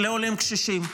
לעולים קשישים.